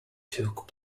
took